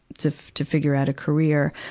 to, to figure out a career.